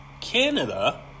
Canada